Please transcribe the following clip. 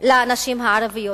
לנשים הערביות.